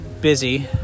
busy